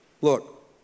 Look